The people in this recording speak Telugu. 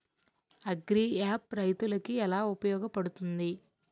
అగ్రియాప్ రైతులకి ఏలా ఉపయోగ పడుతుంది?